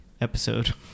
episode